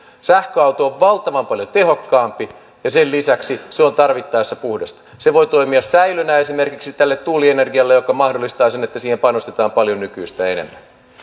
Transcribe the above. sähköauto on valtavan paljon tehokkaampi sen lisäksi se on tarvittaessa puhdasta se voi toimia säilönä esimerkiksi tälle tuulienergialle mikä mahdollistaa sen että siihen panostetaan paljon nykyistä enemmän